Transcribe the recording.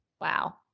Wow